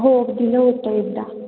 हो दिलं होतं एकदा